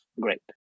great